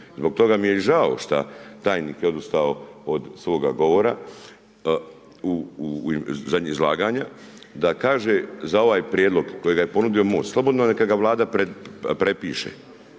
Zbog toga mi je i žao šta tajnik je odustao od svoga govora od zadnjeg izlaganja da kaže za ovaj prijedlog kojega je ponudio MOST, slobodno neka ga Vlada prepiše,